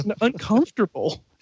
Uncomfortable